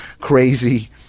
crazy